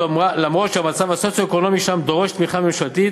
למרות שהמצב הסוציו-אקונומי שם דורש תמיכה ממשלתית.